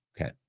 Okay